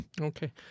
Okay